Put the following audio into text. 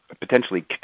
potentially